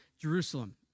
Jerusalem